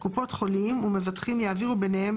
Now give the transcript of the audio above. קופות חולים ומבטחים יעבירו ביניהם,